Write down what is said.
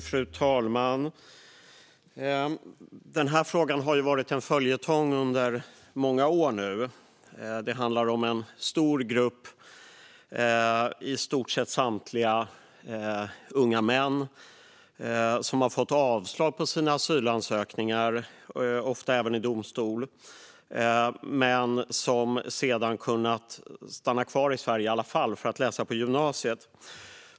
Fru talman! Den här frågan har varit en följetong under många år nu. Det handlar om en stor grupp som består av i stort sett enbart unga män som har fått avslag på sina asylansökningar, ofta även i domstol, men som sedan har kunnat stanna kvar i Sverige i alla fall för att läsa på gymnasiet.